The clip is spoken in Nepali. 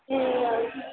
ए हजुर